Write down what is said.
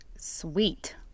Sweet